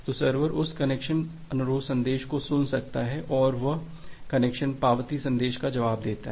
तो सर्वर उस कनेक्शन अनुरोध संदेश को सुन सकता है और वह कनेक्शन पावती संदेश का जवाब देता है